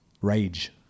Rage